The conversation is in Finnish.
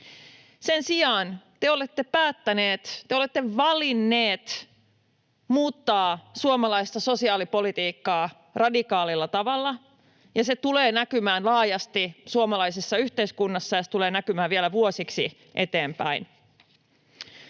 Sen sijaan te olette päättäneet — te olette valinneet — muuttaa suomalaista sosiaalipolitiikkaa radikaalilla tavalla, ja se tulee näkymään laajasti suomalaisessa yhteiskunnassa, ja se tulee näkymään vielä vuosiksi eteenpäin.